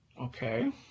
Okay